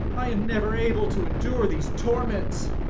i am never able to endure these torments.